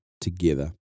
together